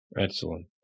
Excellent